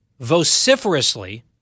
Vociferously